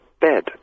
bed